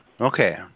okay